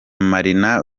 marina